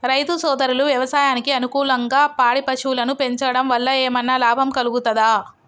రైతు సోదరులు వ్యవసాయానికి అనుకూలంగా పాడి పశువులను పెంచడం వల్ల ఏమన్నా లాభం కలుగుతదా?